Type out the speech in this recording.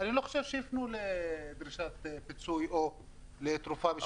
אני לא חושב שיפנו לדרישת פיצוי או לתרופה משפטית.